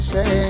Say